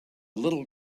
little